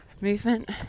movement